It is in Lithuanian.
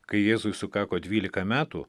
kai jėzui sukako dvylika metų